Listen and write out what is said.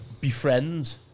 befriend